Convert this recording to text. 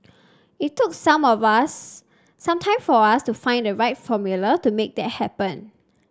it took some of us some time for us to find the right formula to make that happen